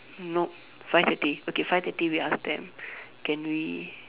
nope five thirty okay five thirty we ask them can we